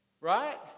right